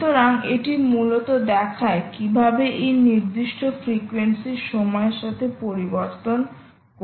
সুতরাং এটি মূলত দেখায় কীভাবে এই নির্দিষ্ট ফ্রিকোয়েন্সি সময়ের সাথে পরিবর্তন করছে